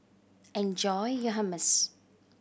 enjoy your Hummus